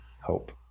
hope